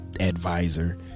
advisor